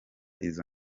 izo